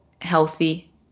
healthy